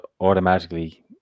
automatically